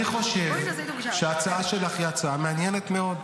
אני חושב שההצעה שלך היא הצעה מעניינת מאוד.